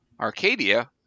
Arcadia